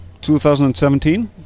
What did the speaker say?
2017